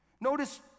Notice